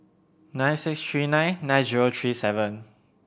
nine six three nine nine zero three seven